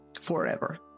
forever